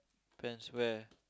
depends where